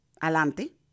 Adelante